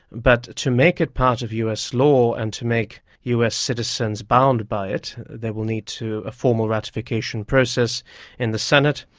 but to make it part of us law and to make us citizens bound by it, there will need to be a formal ratification process in the senate,